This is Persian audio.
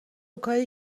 کاری